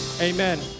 amen